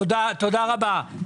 תודה רבה.